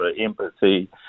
empathy